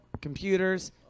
Computers